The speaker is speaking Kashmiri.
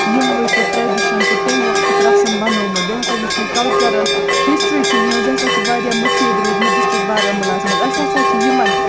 یِموٕے سُہ ٹرٛٮ۪ڈِشَن تہِ تٔمۍ وَقتُک رَسَم بنوومُت بیٚیہِ ہسا یُس یہِ کَلچَرَل ہِسٹرٛی چھِ یِہٕنٛز یہِ ہسا چھِ واریاہ مُفیٖد روٗزمٕژ ڈِسٹِرٛک بارہمولہَس منٛز اَسہِ ہسا چھِ یِمَن